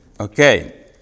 Okay